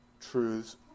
truths